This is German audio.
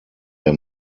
der